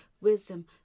wisdom